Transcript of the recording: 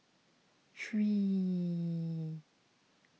three